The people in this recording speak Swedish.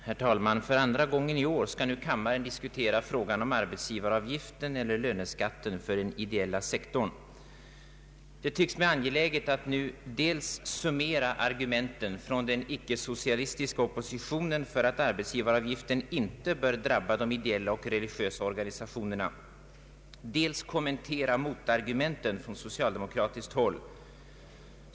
Herr talman! För andra gången i år skall nu kammaren diskutera frågan om arbetsgivaravgiften eller löneskatten för den ideella sektorn. Det tycks mig angeläget att nu dels summera argumenten från den icke-socialistiska oppositionen för att arbetsgivaravgiften icke bör drabba de ideella och religiösa organisationerna, dels kommentera motargumenten från socialdemokratiskt håll.